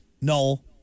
No